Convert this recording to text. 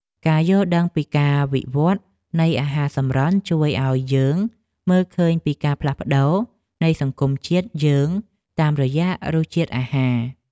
ការយល់ដឹងពីការវិវត្តនៃអាហារសម្រន់ជួយឱ្យយើងមើលឃើញពីការផ្លាស់ប្តូរនៃសង្គមជាតិយើងតាមរយៈរសជាតិអាហារ។